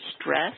stress